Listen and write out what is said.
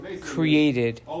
created